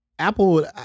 Apple